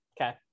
Okay